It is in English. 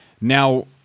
Now